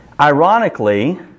ironically